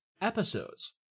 episodes